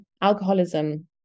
alcoholism